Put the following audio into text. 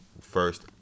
first